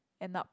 end up